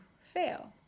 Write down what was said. fail